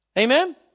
Amen